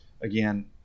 again